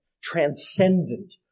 transcendent